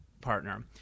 partner